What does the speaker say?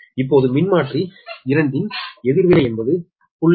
இப்போது மின்மாற்றி 2 ன் எதிர்வினை என்பது 0